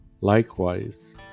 Likewise